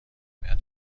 متر